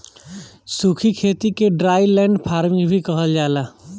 सूखी खेती के ड्राईलैंड फार्मिंग भी कहल जाला